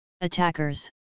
attackers